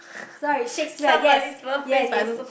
sorry Shakespeare yes yes yes